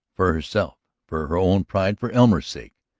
for herself, for her own pride, for elmer's sake.